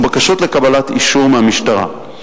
ובקשות לקבלת אישור מהמשטרה.